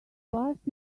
passed